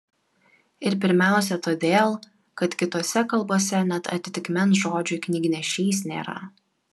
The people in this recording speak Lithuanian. ir pirmiausia todėl kad kitose kalbose net atitikmens žodžiui knygnešys nėra